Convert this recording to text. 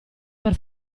per